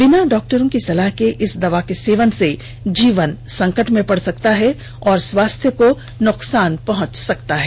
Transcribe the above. बिना डॉक्टरों की सलाह के इस दवा के सेवन से जीवन संकट में पड़ सकता है और स्वास्थ्य को नुकसान पहुंच सकता है